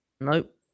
Nope